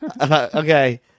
Okay